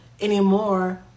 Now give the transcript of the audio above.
anymore